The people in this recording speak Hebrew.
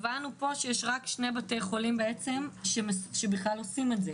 הבנו פה שיש רק שני בתי חולים שבכלל עושים את זה.